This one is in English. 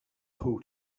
who